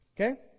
okay